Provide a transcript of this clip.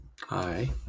hi